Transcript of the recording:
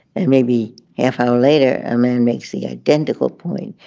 and maybe half hour later, a man makes the identical point.